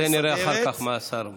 נראה אחר כך מה השר,